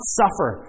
suffer